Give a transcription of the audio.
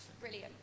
Brilliant